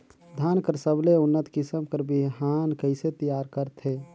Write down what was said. धान कर सबले उन्नत किसम कर बिहान कइसे तियार करथे?